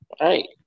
right